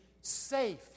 safe